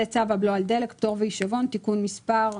זה צו הבלו על דלק (פטור והישבון)(תיקון מס'),